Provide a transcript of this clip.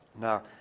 Now